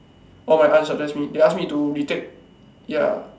or my aunt suggest me they ask me to retake ya